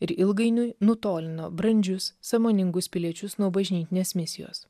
ir ilgainiui nutolino brandžius sąmoningus piliečius nuo bažnytinės misijos